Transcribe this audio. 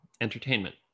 entertainment